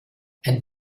and